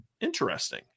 interesting